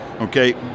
okay